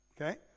Okay